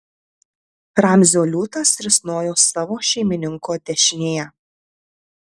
ramzio liūtas risnojo savo šeimininko dešinėje